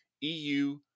EU